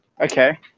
Okay